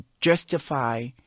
justify